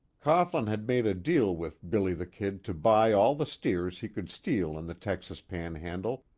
cohglin had made a deal with billy the kid to buy all the steers he could steal in the texas panhandle,